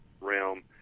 realm